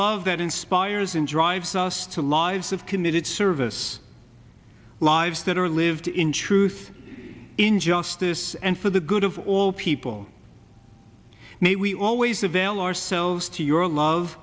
love that inspires and drives us to lives of committed service lives that are lived in truth in justice and for the good of all people and we always avail ourselves to your love